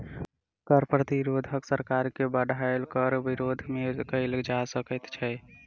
कर प्रतिरोध सरकार के बढ़ायल कर के विरोध मे कयल जा सकैत छै